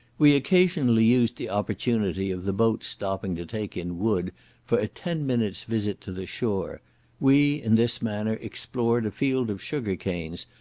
we occasionally used the opportunity of the boat's stopping to take in wood for a ten minutes' visit to the shore we in this manner explored a field of sugar canes,